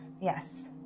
yes